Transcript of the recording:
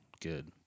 good